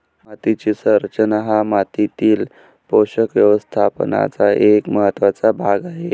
मातीची संरचना हा मातीतील पोषक व्यवस्थापनाचा एक महत्त्वाचा भाग आहे